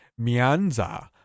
Mianza